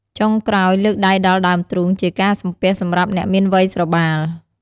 ចុងក្រោយ លើកដៃដល់ដើមទ្រូង ជាការសំពះសម្រាប់អ្នកមានវ័យស្របាល។